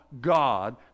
God